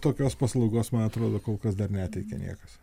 tokios paslaugos man atrodo kol kas dar neteikia niekas